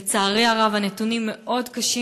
לצערי הרב, הנתונים מאוד קשים.